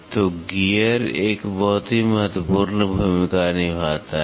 तो गियर एक बहुत ही महत्वपूर्ण भूमिका निभाता है